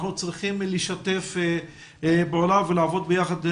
אנחנו צריכים לשתף פעולה ולעבוד ביחד כדי